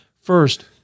First